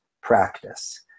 practice